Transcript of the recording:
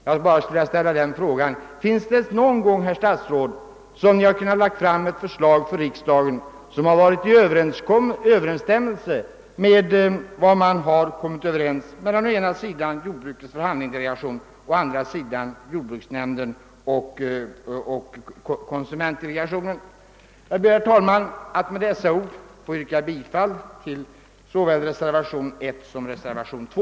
Jag vill bara fråga: Har herr statsrådet någon gång kunnat lägga fram ett förslag för riksdagen, vilket varit i överensstämmelse med vad man har enats om inom å ena sidan jordbrukets förhandlingsdelegation och å andra sidan jordbruksnämnden och konsumentdelegationen? Jag ber, herr talman, att få yrka bifall till såväl reservationen 1 som reservationen 2.